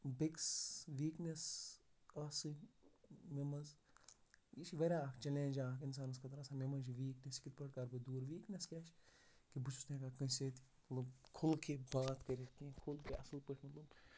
بیٚکس weakness آسٕنۍ مےٚ منٛز یہِ چھِ واریاہ اَکھ چَلینٛج اَکھ اِنسانَس خٲطرٕ آسان کہِ مےٚ منٛز چھِ ویٖکنیس یہِ کِتھ پٲٹھۍ کَرٕ بہٕ دوٗر ویٖکنیس کیٛاہ چھِ کہِ بہٕ چھُس نہٕ ہٮ۪کان کٲنٛسہِ سۭتۍ مطلب کھُل کے بات کٔرِتھ کینٛہہ کھُل کے اَصٕل پٲٹھۍ مطلب